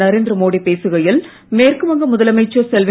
நரேந்திர மோடி பேசுகையில் மேற்குவங்க முதலமைச்சர் செல்வி